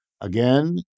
Again